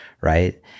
right